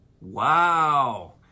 Wow